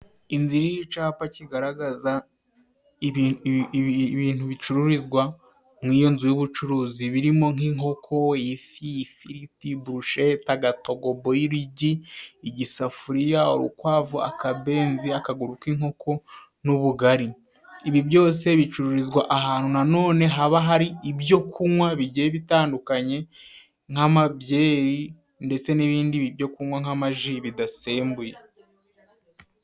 Inzu iriho icapa kigaragaza ibintu bicururizwa mu iyo nzu y’ubucuruzi, birimo: nk’inkoko, ifi, ifiriti, burushete, agatogo, boyiro, igi, igisafuriya, urukwavu, akabenzi, akaguru k’inkoko n’ubugari. Ibi byose bicururizwa ahantu, na none haba hari ibyo kunwa bigiye bitandukanye nk’ama byeri ndetse n’ibindi byo kunwa nk’amaji bidasembuye.